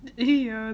yeah